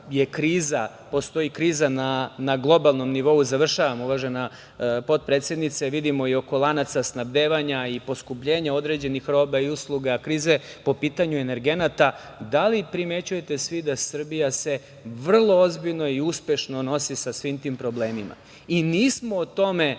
iako postoji kriza na globalnom nivou, završavam uvažena potpredsednice, vidimo i oko lanaca snabdevanja i poskupljenja određenih roba i usluga, krize po pitanju energenata, da li primećujete svi da Srbija se vrlo ozbiljno i uspešno nosi sa svim tim problemima. Nismo o tome